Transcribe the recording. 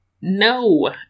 No